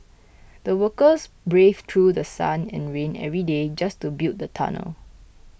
the workers braved through The Sun and rain every day just to build the tunnel